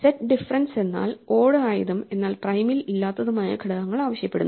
set difference എന്നാൽ odd ആയതും എന്നാൽ പ്രൈമിൽ ഇല്ലാത്തതുമായ ഘടകങ്ങൾ ആവശ്യപ്പെടുന്നു